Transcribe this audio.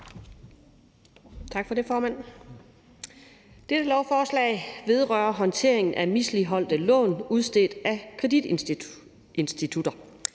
Tak for det, formand. Dette lovforslag vedrører håndteringen af misligholdte lån udstedt af kreditinstitutter.